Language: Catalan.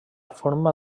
forma